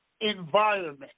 environment